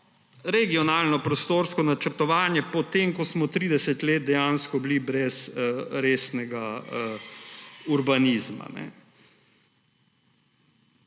regionalno prostorsko načrtovanje, potem ko smo 30 let dejansko bili brez resnega urbanizma.